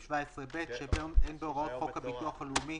17ב ש"אין בהוראות חוק הביטוח הלאומי